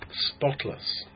spotless